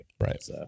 right